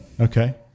Okay